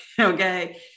Okay